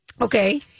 Okay